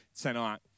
tonight